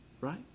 right